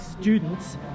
students